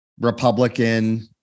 Republican